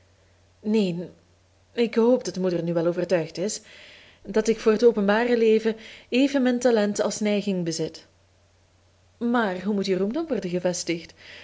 neen ik hoop dat moeder nu wel overtuigd is dat ik voor het openbare leven evenmin talent als neiging bezit maar hoe moet je roem dan worden gevestigd